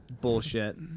bullshit